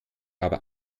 aber